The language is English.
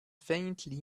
faintly